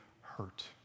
hurt